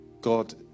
God